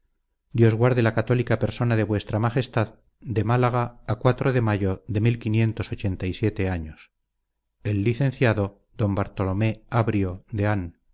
dios guarde la cathólica persona de vuestra magestad de málaga a quatro de mayo de años el licenciado don bartolomé abrio dean